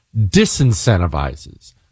disincentivizes